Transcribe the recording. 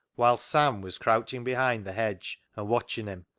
whilst sam was crouching behind the hedge and watching him.